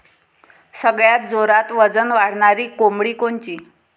सगळ्यात जोरात वजन वाढणारी कोंबडी कोनची?